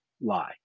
lie